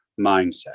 mindset